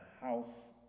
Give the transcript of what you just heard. house